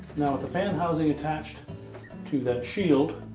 now with the fan housing attached to that shield,